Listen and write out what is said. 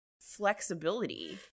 flexibility